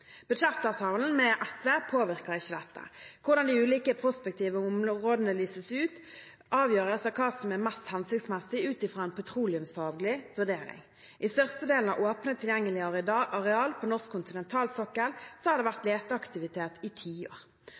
Budsjettavtalen med SV påvirker ikke dette. Hvordan de ulike prospektive områdene lyses ut, avgjøres av hva som er mest hensiktsmessig ut fra en petroleumsfaglig vurdering. I størstedelen av åpnet, tilgjengelig areal på norsk kontinentalsokkel har det vært leteaktivitet i tiår.